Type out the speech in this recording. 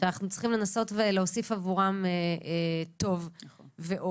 שאנחנו צריכים לנסות ולהוסיף עבורם טוב ואור.